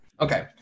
Okay